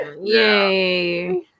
yay